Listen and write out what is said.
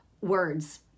words